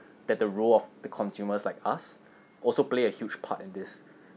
that the role of the consumers like us also play a huge part in this